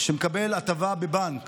שמקבל הטבה בבנק